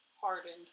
hardened